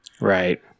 right